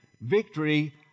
victory